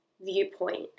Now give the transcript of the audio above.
viewpoint